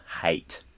Hate